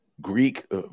Greek